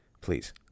Please